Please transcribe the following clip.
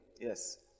Yes